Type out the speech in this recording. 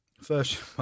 First